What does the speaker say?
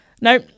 no